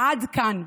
עד כאן.